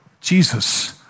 Jesus